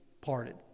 parted